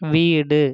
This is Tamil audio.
வீடு